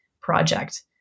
project